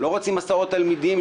אנחנו לא רוצים הסעות תלמידים,